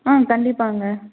ஆ கண்டிப்பாங்க